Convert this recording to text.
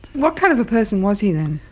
what kind of a person was he then?